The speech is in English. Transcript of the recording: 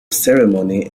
ceremony